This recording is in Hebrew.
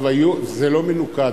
זה לא מנוקד,